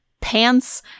pants